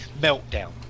meltdown